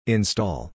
Install